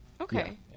Okay